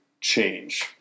change